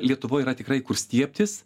lietuvoj yra tikrai kur stiebtis